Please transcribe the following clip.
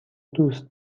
دوست